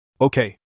Okay